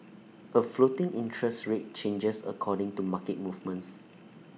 A floating interest rate changes according to market movements